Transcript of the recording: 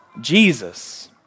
Jesus